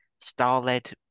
star-led